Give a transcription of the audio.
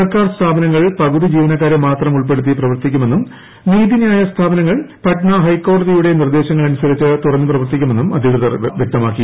സർക്കാർ സ്ഥാപനങ്ങൾ പകുതി ജീവനക്കാരെ മാത്രം ഉൾപ്പെടുത്തി പ്രവർത്തിക്കുമെന്നും നീതിന്യായ സ്ഥാപനങ്ങൾ പട്ന ഹൈക്കോടതിയുടെ നിർദ്ദേശങ്ങൾ അനുസരിച്ച് തുറന്നു പ്രവർത്തിക്കും എന്നും അധികൃതർ വ്യക്തമാക്കി